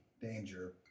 danger